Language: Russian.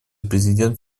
президент